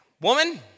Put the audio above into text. Woman